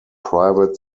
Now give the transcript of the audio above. private